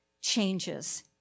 changes